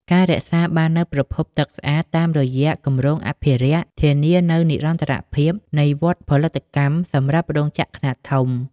ការរក្សាបាននូវប្រភពទឹកស្អាតតាមរយៈគម្រោងអភិរក្ស ធានានូវនិរន្តរភាពនៃវដ្តផលិតកម្មសម្រាប់រោងចក្រខ្នាតធំ។